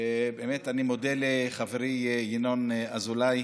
באמת אני מודה לחברי ינון אזולאי,